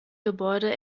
gebäude